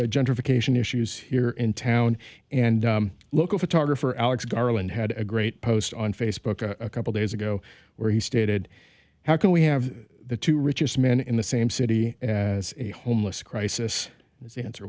gentrification issues here in town and local photographer alex garland had a great post on facebook a couple days ago where he stated how can we have the two richest men in the same city as a homeless crisis is the answer